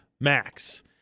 Max